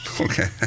okay